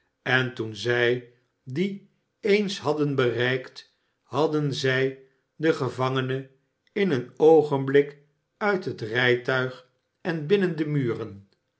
en toen zij die eens hadden bereikt hadden zij den gevangene irl een oogenblik uit het rijtuig en binnen de muren